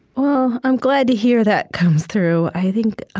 well, i'm glad to hear that comes through. i think,